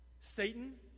Satan